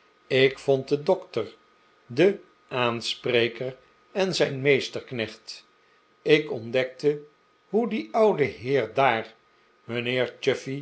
ik vond den dokter den aanspreker en zijn meesterknecht ik ontdekte hoe die oude heer daar mijnheer